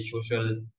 social